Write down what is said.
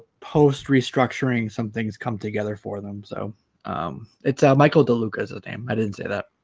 post restructuring some things come together for them so it's a michael de luca's ah name i didn't say that